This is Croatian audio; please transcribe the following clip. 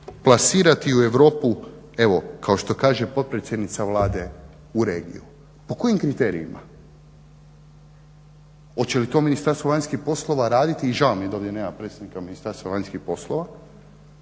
plasirati u Europu evo kao što kaže potpredsjednica Vlade u regiju. Po kojim kriterijima? Oče li to Ministarstvo vanjskih poslova raditi i žao mi je da ovdje nema predstavnika Ministarstva vanjskih poslova.